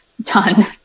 done